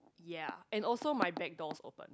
ya and also my back door's open